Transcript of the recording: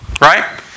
right